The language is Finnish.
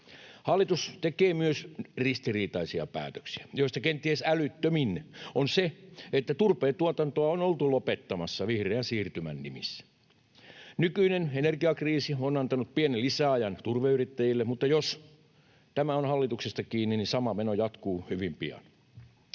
Hallitus tekee myös ristiriitaisia päätöksiä, joista kenties älyttömin on se, että turpeentuotantoa on oltu lopettamassa vihreän siirtymän nimissä. Nykyinen energiakriisi on antanut pienen lisäajan turveyrittäjille, mutta jos tämä on hallituksesta kiinni, niin sama meno jatkuu hyvin pian.